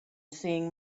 seeing